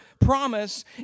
promise